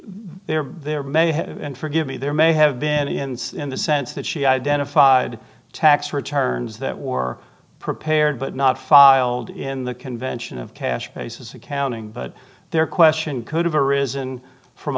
there there may have and forgive me there may have been in the sense that she identified tax returns that were prepared but not filed in the convention of cash basis accounting but there question could have arisen from